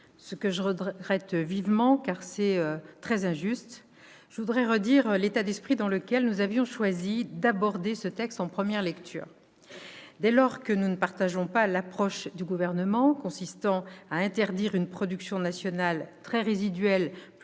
ce que je regrette vivement, car c'est très injuste, je tiens à redire l'état d'esprit dans lequel nous avions choisi d'aborder ce texte en première lecture. Dès lors que nous ne partageons pas l'approche du Gouvernement consistant à interdire une production nationale très résiduelle plutôt que